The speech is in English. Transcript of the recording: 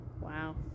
Wow